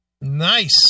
Nice